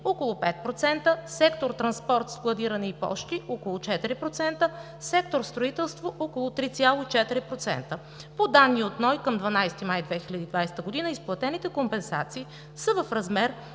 около 5%, сектор „Транспорт, складиране и пощи“ – около 4%, сектор „Строителство“ – около 3,4%. По данни от НОИ към 12 май 2020 г. изплатените компенсации са в размер